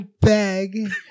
bag